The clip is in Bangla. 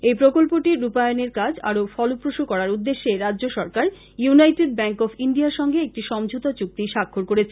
এই প্রকল্পটির রূপায়ণের কাজ আরো ফলপ্রস্ করার উদ্দেশ্যে রাজ্য সরকার ইউনাইটেড ব্যাংক অব ইন্ডিয়ার সঙ্গে একটি সমঝোতা চুক্তি স্বাক্ষর করেছে